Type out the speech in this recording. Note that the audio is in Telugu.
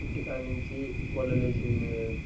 ఇంటికాడ నుంచి పొల్లలు వేసి